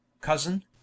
cousin